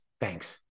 Thanks